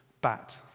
bat